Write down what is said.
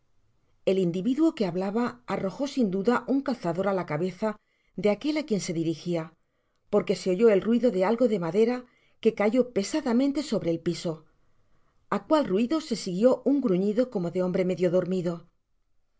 el individuo que hablaba arrojo sin duda un calzador á la cabeza de aquel i quien se dirigia porque se oyó el ruido de algo de madera que oayó pesadamente sobre el piso á cual ruido se siguió un gruñido como de hombre medio dormido